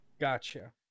Gotcha